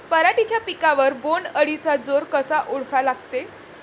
पराटीच्या पिकावर बोण्ड अळीचा जोर कसा ओळखा लागते?